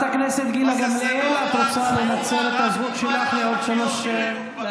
הם גילו שיש אזור שנקרא גליל, הם גילו שיש ערים